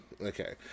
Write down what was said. okay